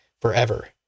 forever